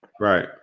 Right